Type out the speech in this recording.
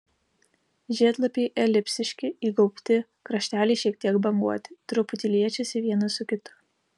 žiedlapiai elipsiški įgaubti krašteliai šiek tiek banguoti truputį liečiasi vienas su kitu